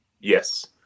Yes